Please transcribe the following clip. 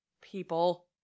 people